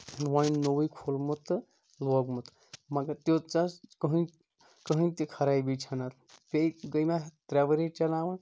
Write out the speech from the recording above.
وۄنۍ نوٚوُے ٗکھوٗلمُت تہٕ لوگمُت مَگر تیٖژا کٕہینۍ تہِ خرابی چھنہٕ اَتھ بیٚیہِ گٔیے مےٚ اَتھ ترٛےٚ ؤری چلاوان